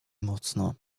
mocno